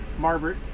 Marbert